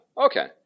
Okay